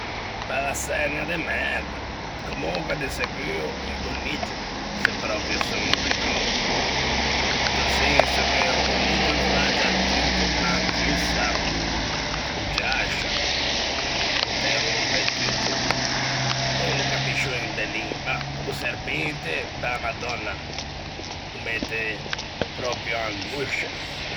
Bella çernia de merda, comonque de seguo un coniggio, se pròprio son obbligou. Into senso che o coniggio o smangia tutto, o mangiussa, o giascia, o te rompe tutto, e o no capisce un bellin, ma o serpente, bella madònna, o mette pròpio angoscia.